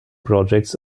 projects